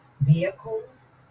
vehicles